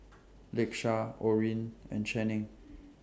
Lakesha Orene and Channing